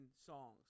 songs